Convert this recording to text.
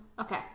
Okay